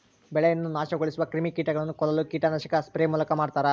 ಬೆಳೆಯನ್ನು ನಾಶಗೊಳಿಸುವ ಕ್ರಿಮಿಕೀಟಗಳನ್ನು ಕೊಲ್ಲಲು ಕೀಟನಾಶಕ ಸ್ಪ್ರೇ ಮೂಲಕ ಮಾಡ್ತಾರ